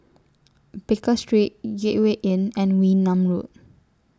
Baker Street Gateway Inn and Wee Nam Road